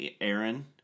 Aaron